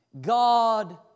God